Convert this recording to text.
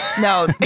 no